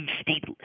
state